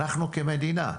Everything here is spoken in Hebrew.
אנחנו כמדינה,